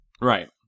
Right